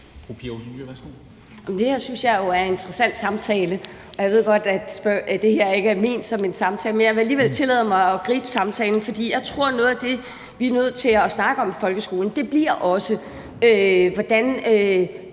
Det synes jeg jo er en interessant samtale, og jeg ved godt, at det her ikke er ment som en samtale, men jeg vil alligevel tillade mig at gribe samtalen. For jeg tror, at noget af det, vi er nødt til at snakke om i forhold til folkeskolen, også bliver, hvordan